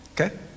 okay